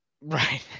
Right